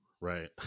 right